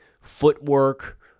footwork